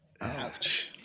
Ouch